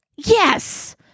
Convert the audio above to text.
yes